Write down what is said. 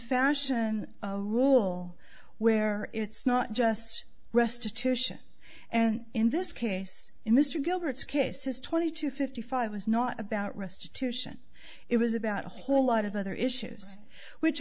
fashion rule where it's not just restitution and in this case in mr gilbert's case his twenty two fifty five was not about restitution it was about a whole lot of other issues which